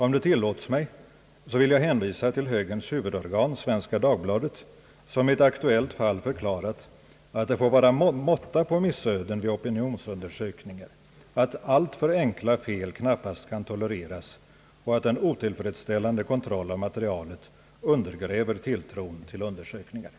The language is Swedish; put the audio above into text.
Om det tillåts mig, vill jag hänvisa till högerns huvudorgan, Svenska Dagbladet, som i ett aktuellt fall förklarat att det får vara måtta på missöden vid opinionsundersökningar, att alltför enkla fel knappast kan tolereras och att en otillfredsställande kontroll av materialet undergräver tilltron till undersökningarna.